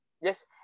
Yes